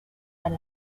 and